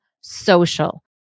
social